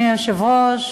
אדוני היושב-ראש,